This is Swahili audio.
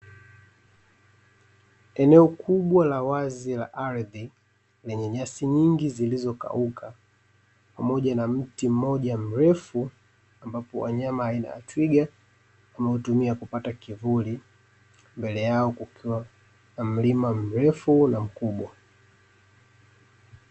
Eneo kubwa la wazi la ardhi, lenye nyasi nyingi zilizokauka pamoja na mti mmoja mrefu, ambapo wanyama aina ya twiga wanautumia kupata kivuli, mbele yao kukiwa na mlima mrefu na mkubwa.